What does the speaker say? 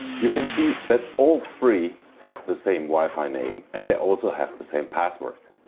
you can see that all three have the same wi-fi name and they also have the same password.